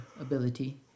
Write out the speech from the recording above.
ability